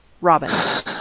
Robin